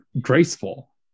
graceful